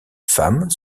femme